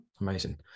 amazing